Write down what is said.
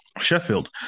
Sheffield